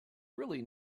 really